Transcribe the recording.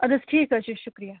اَدٕ حظ ٹھیٖک حظ چھُ شُکرِیہ